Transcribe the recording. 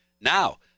now